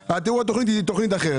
תכנית התיאור היא תכנית אחרת,